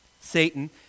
Satan